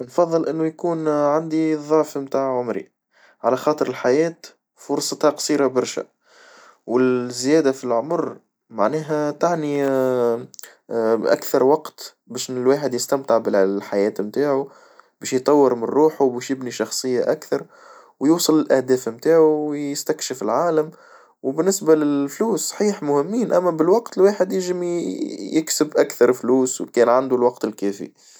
نفضل إنه يكون عندي الظعف متاع عمري، على خاطر الحياة فرصتها قصيرة برشا، والزيادة في العمر معناها تعني بأكثر وقت باش إن الواحد يستمتع بالحياة نتاعو باش يطور من روحو باش يبني شخصية أكثر، ويوصل للأهداف متاعه ويستكشف العالم وبالنسبة للفلوس صحيح مهمين، أما بالوقت الواحد يجم يكسب أكثر فلوس، ويكأن عنده الوقت الكافي.